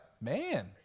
man